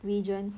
region